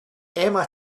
emma